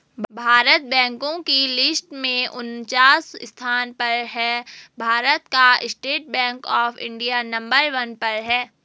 भारत बैंको की लिस्ट में उनन्चास स्थान पर है भारत का state bank of India number one पर है